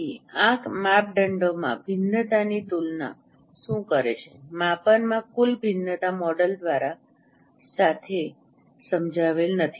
તેથી આ માપદંડોમાં ભિન્નતાની તુલના શું કરે છે માપનમાં કુલ ભિન્નતા મોડેલ દ્વારા સાથે સમજાવેલ નથી